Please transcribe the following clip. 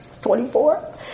24